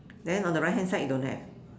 then on the right hand side you don't have